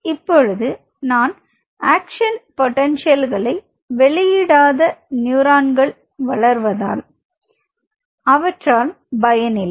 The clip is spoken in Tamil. இப்பொழுது நான் ஆக்சன் பொட்டன்ஷியல்களை வெளியிடாத நியூரான்களை வளர்தால் அவற்றால் பயன் இல்லை